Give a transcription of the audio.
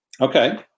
Okay